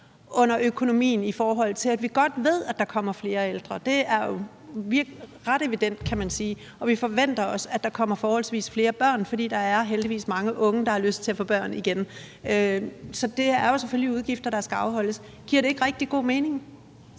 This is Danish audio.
under økonomien, i forhold til at vi godt ved, at der kommer flere ældre. Det er jo ret evident, kan man sige. Og vi forventer også, at der kommer forholdsvis flere børn, fordi der heldigvis er mange unge, der har lyst til at få børn igen. Så det er selvfølgelig udgifter, der skal afholdes. Giver det ikke rigtig god mening?